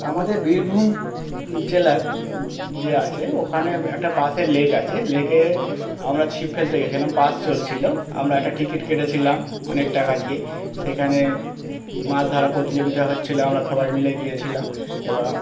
আমাদের বীরভূম জেলায় যে আছে ওখানে একটা পাশের লেক আছে লেকে আমরা ছিপ ফেলতে থেকে গেছিলাম পাশ চলছিলো আমরা একটা টিকিট কেটেছিলাম অনেক টাকা দিয়েই সেখানে মাছ ধারা প্রতিযোগিতা হচ্ছিলো আমরা সবাই মিলে গিয়েছিলাম এ